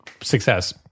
success